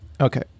Okay